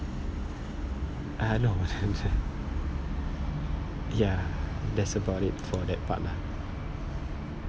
uh no ya that's about it for that part lah